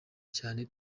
cyane